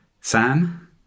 Sam